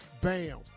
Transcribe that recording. Bam